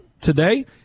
today